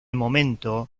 momento